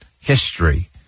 history